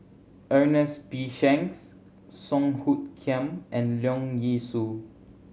Ernest P Shanks Song Hoot Kiam and Leong Yee Soo